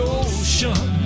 ocean